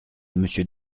monsieur